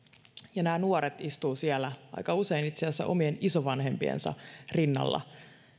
nämä nuoret istuvat siellä itse asiassa aika usein omien isovanhempiensa rinnalla